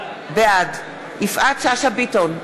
בעד יפעת שאשא ביטון,